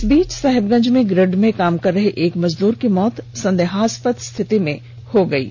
इस बीच साहिबगंज में ग्रिड में काम कर रहे एक मजदूर की भी मौत संदेहास्पद स्थिति में हो गई है